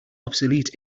obsolete